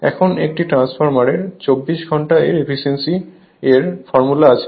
এখন একটি ট্রান্সফরমারের 24 ঘণ্টা এর এফিসিয়েন্সি এর ফর্মুলা আছে